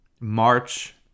march